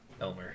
Elmer